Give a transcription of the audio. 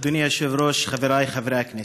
אדוני היושב-ראש, חבריי חברי הכנסת,